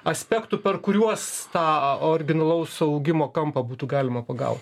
aspektų per kuriuos tą originalaus augimo kampą būtų galima pagaut